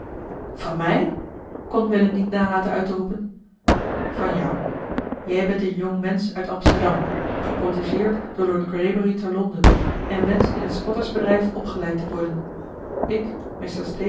van mij kon willem niet nalaten uit te roepen van jou jij bent een jongmensch uit amsterdam geprotegeerd door lord greybury te londen en wenscht in het squattersbedrijf opgeleid te worden ik